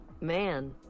man